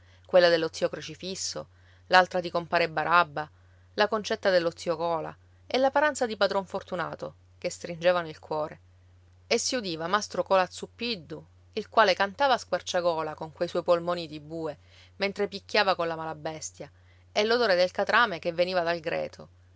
quella dello zio crocifisso l'altra di compare barabba la concetta dello zio cola e la paranza di padron fortunato che stringevano il cuore e si udiva mastro cola zuppiddu il quale cantava a squarciagola con quei suoi polmoni di bue mentre picchiava colla malabestia e l'odore del catrame che veniva dal greto